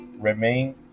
Remain